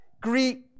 Greet